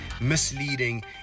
misleading